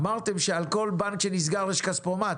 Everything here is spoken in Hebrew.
אמרתם שעל כל בנק שנסגר יש כספומט.